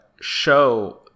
show